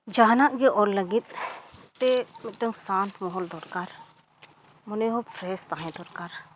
ᱡᱟᱦᱟᱱᱟᱜ ᱜᱮ ᱚᱞ ᱞᱟᱹᱜᱤᱫᱼᱛᱮ ᱢᱤᱫᱴᱟᱹᱝ ᱢᱚᱦᱚᱞ ᱫᱚᱨᱠᱟᱨ ᱢᱚᱱᱮ ᱦᱚᱸ ᱯᱷᱨᱮᱥ ᱛᱟᱦᱮᱱ ᱫᱚᱨᱠᱟᱨ